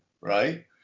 right